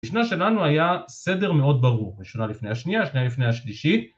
במשנה שלנו היה סדר מאוד ברור, ראשונה לפני השנייה, השנייה לפני השלישית